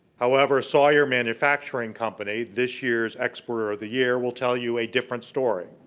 however, sawyer manufacturing company, this year's exporter of the year will tell you a different story.